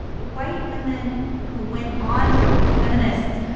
white women who went on to become feminists,